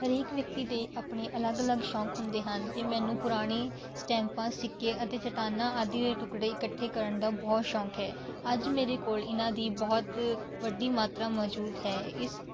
ਹਰੇਕ ਵਿਅਕਤੀ ਦੇ ਆਪਣੇ ਅਲੱਗ ਅਲੱਗ ਸ਼ੌਕ ਹੁੰਦੇ ਹਨ ਅਤੇ ਮੈਨੂੰ ਪੁਰਾਣੇ ਸਟੈਂਪਾਂ ਸਿੱਕੇ ਅਤੇ ਚੱਟਾਨਾਂ ਆਦਿ ਕੇ ਟੁਕੜੇ ਇਕੱਠੇ ਕਰਨ ਦਾ ਬਹੁਤ ਸ਼ੌਕ ਹੈ ਅੱਜ ਮੇਰੇ ਕੋਲ ਇਹਨਾਂ ਦੀ ਬਹੁਤ ਵੱਡੀ ਮਾਤਰਾ ਮੌਜੂਦ ਹੈ ਇਸ